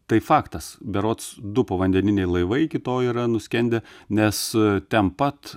tai faktas berods du povandeniniai laivai iki to yra nuskendę nes ten pat